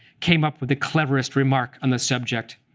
came up with the cleverest remark on the subject.